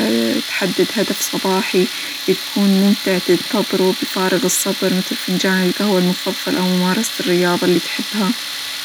تحدد هدف صباحي يكون ممتع تنتظره بفارغ الصبر مثل: فنجان القهوة المفظلة، أوممارسة الرياظة اللي تحبها.